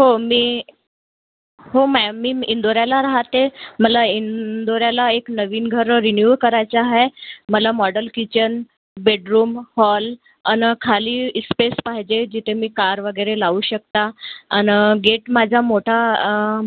हो मी हो मॅम मी नं इंदोऱ्याला राहते मला इंदोऱ्याला एक नवीन घरं रिन्यू करायचं आहे मला मॉडल किचन बेडरूम हॉल आणि खाली इस्पेस पाहिजे जिथे मी कार वगैरे लावू शकता आणि गेट माझा मोठा